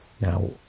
Now